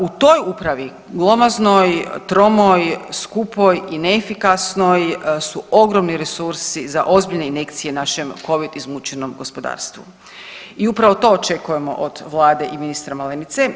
U toj upravi glomaznoj, tromoj, skupoj i neefikasnoj su ogromni resursi za ozbiljne injekcije našem covid izmučenom gospodarstvu i upravo to očekujemo od Vlade i ministra Malenice.